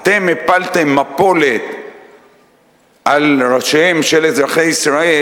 אתם הפלתם מפולת על ראשיהם של אזרחי ישראל,